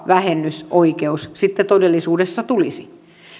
vähennysoikeus sitten todellisuudessa tulisi